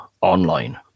online